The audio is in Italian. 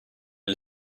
del